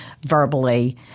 verbally